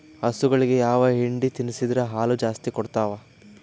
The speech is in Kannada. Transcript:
ಹಸುಗಳಿಗೆ ಯಾವ ಹಿಂಡಿ ತಿನ್ಸಿದರ ಹಾಲು ಜಾಸ್ತಿ ಕೊಡತಾವಾ?